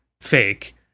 fake